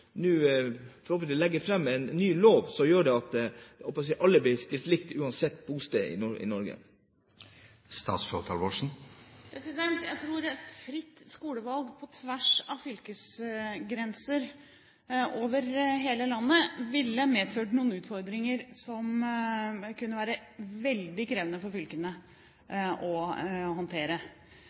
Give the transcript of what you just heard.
nå – forhåpentligvis – legge fram en ny lov som gjør at alle blir stilt likt, uansett bosted i Norge? Jeg tror fritt skolevalg på tvers av fylkesgrenser over hele landet ville medført noen utfordringer som kunne være veldig krevende for fylkene å håndtere